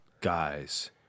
Guys